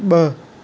ब॒